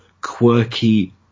quirky